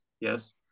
Yes